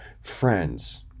friends